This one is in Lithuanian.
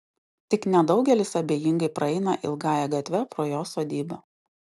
tik nedaugelis abejingai praeina ilgąja gatve pro jo sodybą